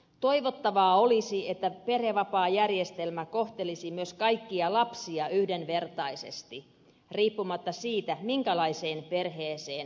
toivottavaa olisi että perhevapaajärjestelmä kohtelisi myös kaikkia lapsia yhdenvertaisesti riippumatta siitä minkälaiseen perheeseen he syntyvät